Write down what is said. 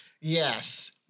Yes